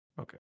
Okay